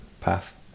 path